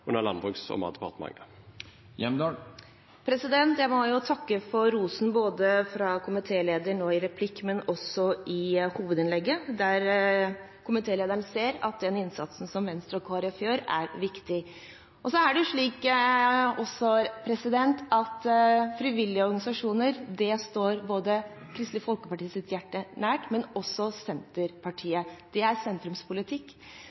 under Landbruks- og matdepartementet. Jeg må takke for rosen fra komitélederen, nå i replikk, men også i hovedinnlegget, der komitélederen ser at den innsatsen som Venstre og Kristelig Folkeparti gjør, er viktig. Så er det jo slik at frivillige organisasjoner står både Kristelig Folkepartis og Senterpartiets hjerte nær – det er